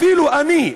אפילו אני,